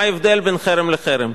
מה ההבדל בין חרם לחרם?